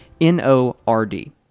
N-O-R-D